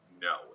No